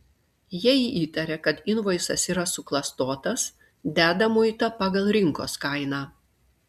jei įtaria kad invoisas yra suklastotas deda muitą pagal rinkos kainą